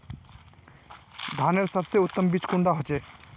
धानेर सबसे उत्तम बीज कुंडा होचए?